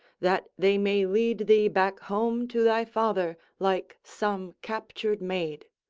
that they may lead thee back home to thy father, like some captured maid.